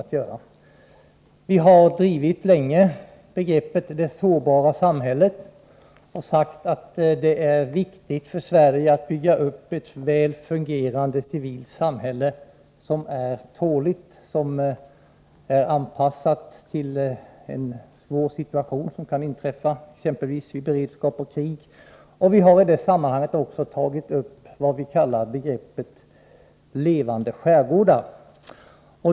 Vi har länge drivit begreppet ”det sårbara samhället” och sagt att det är viktigt för Sverige att bygga upp ett väl fungerande civilt samhälle som är tåligt och som är anpassat till en svår situation som kan inträffa, exempelvis vid beredskap och krig. Vi har i det sammanhanget också tagit upp begreppet levande skärgårdar.